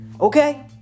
Okay